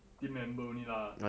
team member only lah